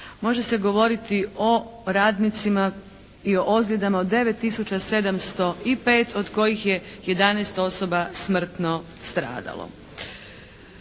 može se govoriti o radnicima i o ozljedama o 9 tisuća 705 od kojih je 11 osoba smrtno stradalo.